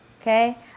okay